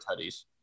tutties